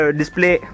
display